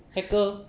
hacker